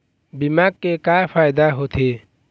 बीमा के का फायदा होते?